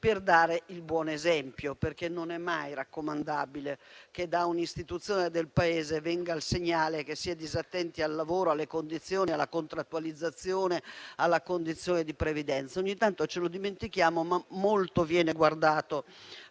per dare il buon esempio, perché non è mai raccomandabile che da un'istituzione del Paese venga il segnale che si è disattenti al lavoro, alle condizioni, alla contrattualizzazione, alla condizione di previdenza. Ogni tanto ce lo dimentichiamo, ma molto viene guardato